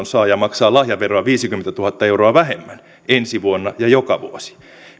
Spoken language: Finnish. saaja maksaa lahjaveroa viisikymmentätuhatta euroa vähemmän ensi vuonna ja joka vuosi